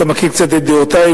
אתה מכיר קצת את דעותי,